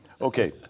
Okay